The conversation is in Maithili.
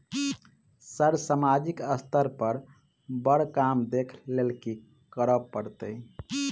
सर सामाजिक स्तर पर बर काम देख लैलकी करऽ परतै?